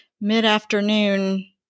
mid-afternoon